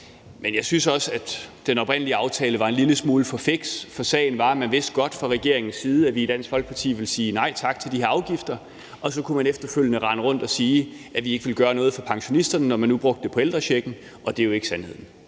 Men jeg synes også, at den oprindelige aftale var en lille smule for fiks, for sagen var, at man godt fra regeringens side vidste, at vi i Dansk Folkeparti ville sige nej tak til de her afgifter, og så kunne man, når man nu brugte dem på ældrechecken, efterfølgende rende rundt og sige, at vi ikke vil gøre noget for pensionisterne, og det er jo ikke sandheden.